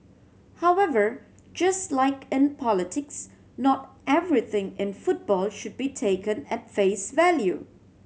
however just like in politics not everything in football should be taken at face value